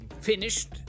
Finished